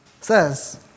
says